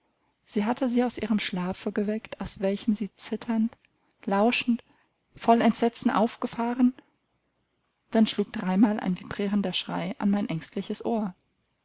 sie hatte sie aus ihrem schlafe geweckt aus welchem sie zitternd lauschend voll entsetzen aufgefahren dann schlug dreimal ein vibrierender schrei an mein ängstliches ohr